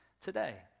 today